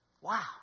Wow